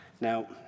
Now